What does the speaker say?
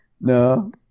no